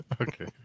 Okay